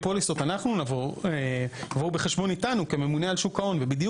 פוליסות יבואו בחשבון איתנו כממונה על שוק ההון ובדיוק